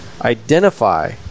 identify